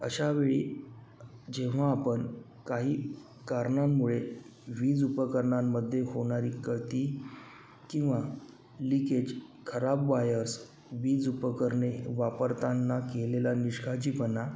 अशावेळी जेव्हा आपण काही कारणांमुळे वीज उपकरणांमध्ये होणारी गळती किंवा लीकेज खराब वायर्स वीज उपकरणे वापरताना केलेला निष्काळजीपणा